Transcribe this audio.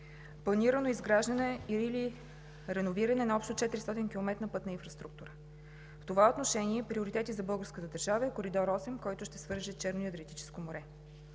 Планирано е изграждане или реновиране на общо 400 км пътна инфраструктура. В това отношение приоритети за българската държава е Коридор 8, който ще свърже Черно с Адриатическо море.